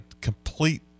complete